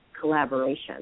collaboration